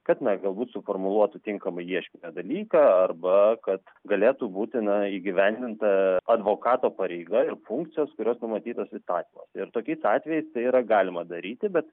kad na galbūt suformuluotų tinkamai ieškinio dalyką arba kad galėtų būti na įgyvendinta advokato pareiga ir funkcijos kurios numatytos įstatymo ir tokiais atvejais tai yra galima daryti bet